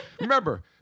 Remember